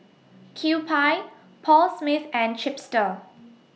Kewpie Paul Smith and Chipster